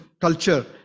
culture